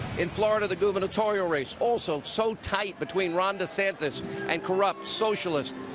in florida the gubernatorial race also so tight between ron desantis and corrupt socialists.